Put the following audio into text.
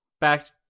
back